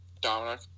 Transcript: Dominic